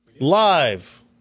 live